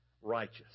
righteous